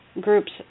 groups